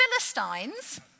Philistines